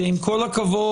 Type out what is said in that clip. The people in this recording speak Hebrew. כי עם כל הכבוד,